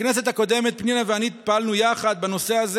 בכנסת הקודמת פנינה ואני פעלנו יחד בנושא הזה.